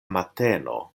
mateno